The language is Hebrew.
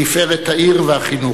לתפארת העיר והחינוך.